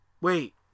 Wait